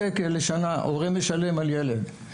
הם לא מבינים שבלי המאמן אין ספורט?